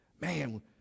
Man